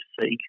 seek